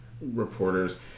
reporters